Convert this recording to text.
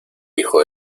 hijo